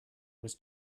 was